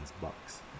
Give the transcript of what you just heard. bucks